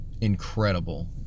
incredible